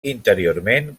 interiorment